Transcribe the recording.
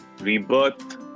Rebirth